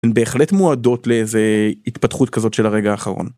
בהחלט מועדות לאיזה התפתחות כזאת של הרגע האחרון.